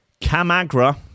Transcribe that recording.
Camagra